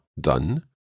done